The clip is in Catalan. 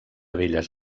belles